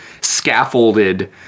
scaffolded